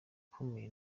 ukomeye